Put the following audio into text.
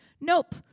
Nope